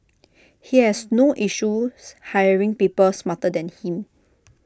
he has no issues hiring people smarter than him